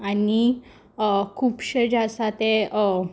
आनी खुबशे जे आसा ते